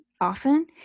often